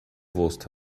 wurst